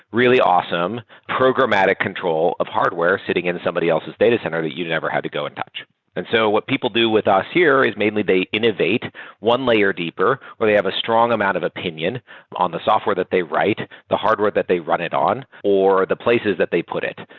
really awesome programmatic control of hardware sitting in somebody else's data center that you'd never have to go and touch and so what people do with us here is mainly they innovate one layer deeper where they have a strong amount of opinion on the software that they write, the hardware that they run it on, or the places that they put it,